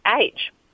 age